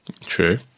true